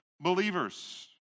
believers